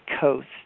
coast